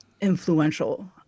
influential